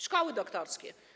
Szkoły doktorskie.